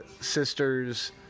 sister's